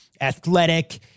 athletic